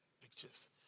pictures